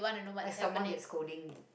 like someone get scolding